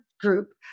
group